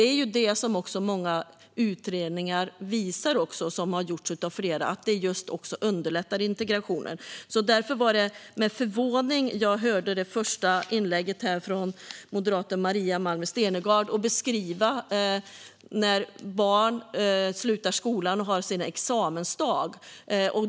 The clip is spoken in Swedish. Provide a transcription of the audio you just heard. Detta visas också av flera utredningar. Därför var det med förvåning jag hörde moderaten Maria Malmer Stenergards inlägg här, där hon beskrev hur barn slutar skolan och har sin examensdag.